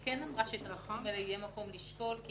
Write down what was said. אמרה שאת הנושאים האלה יהיה מקום לשקול.